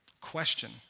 question